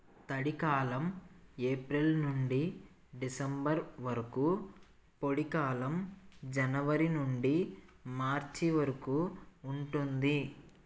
తడి కాలం ఏప్రిల్ నుండి డిసెంబర్ వరకు పొడి కాలం జనవరి నుండి మార్చి వరకు ఉంటుంది